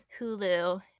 Hulu